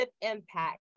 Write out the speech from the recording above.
impact